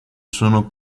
sono